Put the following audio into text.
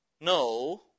no